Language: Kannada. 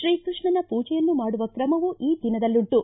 ಶ್ರೀ ಕೃಷ್ಣನ ಪೂಜೆಯನ್ನು ಮಾಡುವ ಕ್ರಮವೂ ಈ ದಿನದಲ್ಲಂಟು